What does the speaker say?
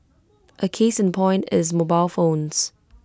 A case in point is mobile phones